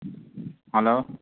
hello